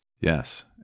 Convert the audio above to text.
Yes